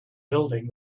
building